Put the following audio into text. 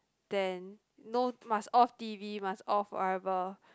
then no must off T_V must off whatever